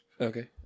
Okay